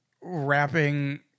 wrapping